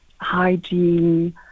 hygiene